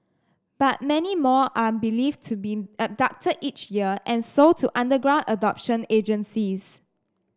but many more are believed to be abducted each year and sold to underground adoption agencies